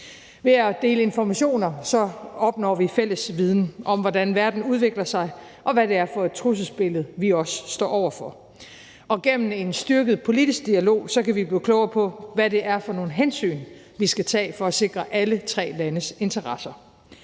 Ved at dele informationer opnår vi fælles viden om, hvordan verden udvikler sig, og hvad det er for et trusselsbillede, vi står over for, og gennem en styrket politisk dialog kan vi blive klogere på, hvad det er for nogle hensyn, vi skal tage for at sikre alle tre landes interesser.